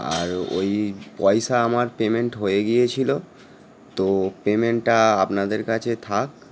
আর ওই পয়সা আমার পেমেন্ট হয়ে গিয়েছিল তো পেমেন্টটা আপনাদের কাছে থাক